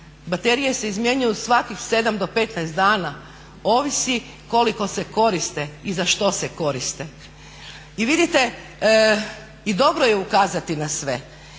Baterije se izmjenjuju svakih 7 do 15 dana, ovisi koliko se koriste i za što se koriste. I vidite i dobro je ukazati na sve.